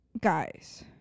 Guys